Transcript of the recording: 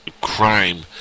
crime